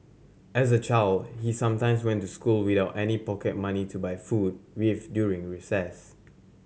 as a child he sometimes went to school without any pocket money to buy food with during recess